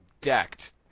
decked